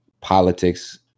politics